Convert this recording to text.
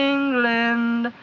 England